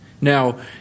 Now